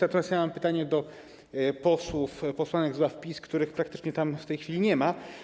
Natomiast mam pytanie do posłów i posłanek z ław PiS, których praktycznie tam w tej chwili nie ma.